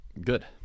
Good